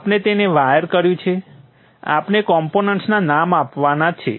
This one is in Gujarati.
આપણે તેને વાયર કર્યું છે આપણે કોમ્પોનન્ટના નામ આપવાના છે